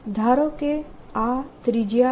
ધારો કે આ ત્રિજ્યા a છે